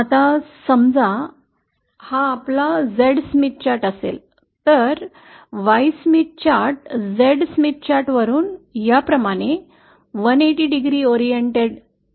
आता समजा हा आपला Z स्मिथ चार्ट असेल तर Y Smith chart Z Smith chart वरून याप्रमाणे 180 डिग्री 180° oriented असेल